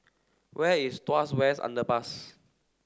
where is Tuas West Underpass